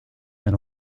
and